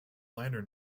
liner